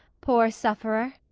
poor sufferer!